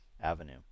Avenue